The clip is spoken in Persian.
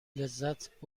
لذت